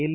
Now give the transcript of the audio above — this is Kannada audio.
ಎಲ್